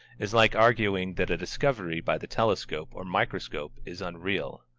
is like arguing that a discovery by the telescope or microscope is unreal.